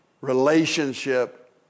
relationship